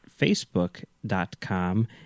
facebook.com